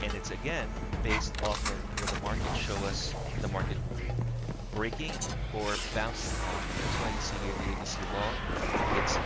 and it's again, based off of where the market show us the market breaking and or bouncing off. and that's why you see here, the abc long it's